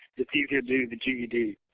it's easier to do the ged.